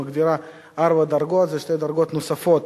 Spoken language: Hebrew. מגדירה ארבע דרגות ושתי דרגות נוספות